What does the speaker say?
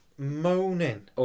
Moaning